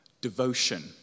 devotion